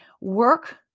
work